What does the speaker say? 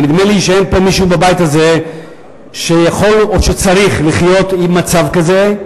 נדמה לי שאין פה מישהו בבית הזה שיכול או שצריך לחיות עם מצב כזה,